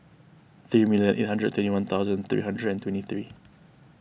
three million eight hundred and twenty one thunsand three hundred and twenty three